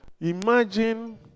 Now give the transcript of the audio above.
imagine